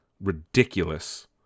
Ridiculous